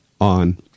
on